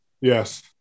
Yes